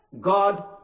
God